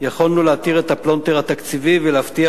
יכולנו להתיר את הפלונטר התקציבי ולהבטיח